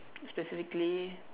specifically